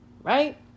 right